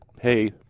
hey